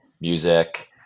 music